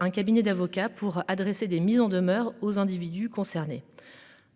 un cabinet d'avocats pour adresser des mises en demeure aux individus concernés.